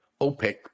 OPEC